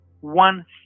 one